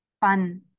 fun